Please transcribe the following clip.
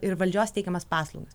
ir valdžios teikiamas paslaugas